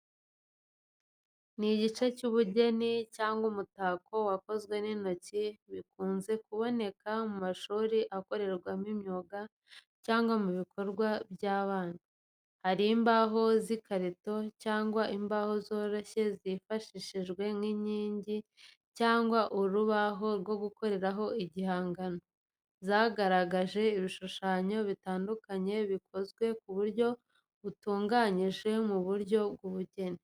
Ni igice cy’ubugeni cyangwa umutako wakozwe n’intoki bikunze kuboneka mu mashuri ahakorerwa imyuga cyangwa mu bikorwa by’abana. Hari imbaho z’ikarito cyangwa imbaho zoroshye zifashishijwe nk’inkingi cyangwa urubaho rwo gukoraho igihangano. Zagaragaje ibishushanyo bitandukanye bikozwe ku buryo butunganyije mu buryo bw’ubugeni.